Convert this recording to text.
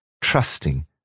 trusting